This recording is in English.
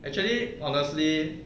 actually honestly